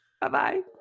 Bye-bye